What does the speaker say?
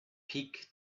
peak